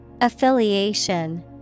Affiliation